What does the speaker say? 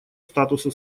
статуса